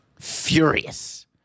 Furious